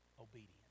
obedience